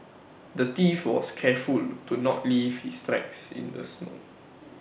the thief was careful to not leave his tracks in the snow